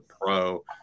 pro